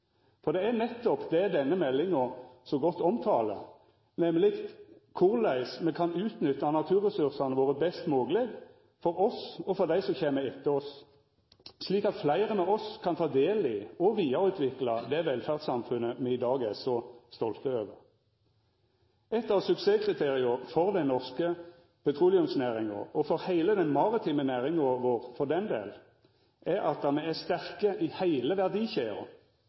for det er nettopp det denne meldinga så godt omtalar, nemleg korleis me kan utnytta naturressursane våre best mogleg for oss og for dei som kjem etter oss, slik at fleire av oss kan ta del i og vidareutvikla det velferdssamfunnet me i dag er så stolte av. Eit av suksesskriteria for den norske petroleumsnæringa, og for heile den maritime næringa vår, for den del, er at me er sterke i heile